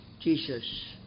Jesus